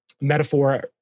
metaphor